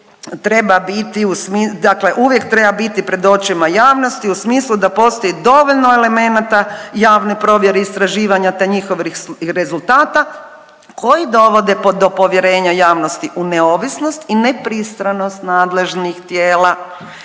uvijek treba biti pred očima javnosti u smislu da postoji dovoljno elemenata javne provjere istraživanja te njihovih rezultata koji dovode do povjerenja javnosti u neovisnost i nepristranost nadležnih tijela,